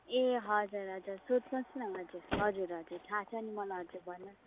ए हजुर हजुर सोध्नुहोस् न हजुर हजुर थाह छ नि मलाई हजुर भन